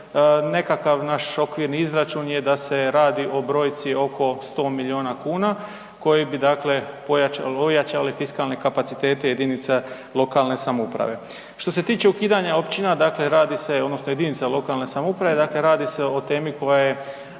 Nekakav naš okvir izračun je da se radi o brojci oko 100 milijuna kuna koje bi dakle ojačale fiskalne kapacitete jedinica lokalne samouprave. Što se tiče ukidanja općina, dakle radi se, odnosno jedinica lokalne samouprave, dakle radi se o temi koja je